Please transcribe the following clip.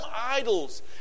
idols